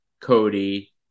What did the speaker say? Cody